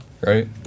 Right